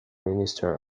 minister